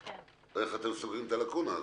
איך אתם סוגרים את הלקונה הזו?